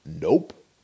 Nope